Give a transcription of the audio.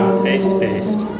space-based